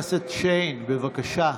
שיין, בבקשה.